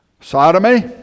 Sodomy